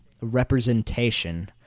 representation